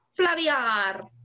Flaviar